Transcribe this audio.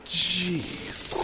jeez